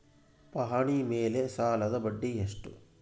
ಪಹಣಿ ಮೇಲೆ ಸಾಲದ ಬಡ್ಡಿ ಎಷ್ಟು?